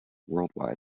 worldwide